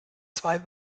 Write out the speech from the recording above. zwei